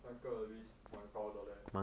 那个 risk 蛮高的 leh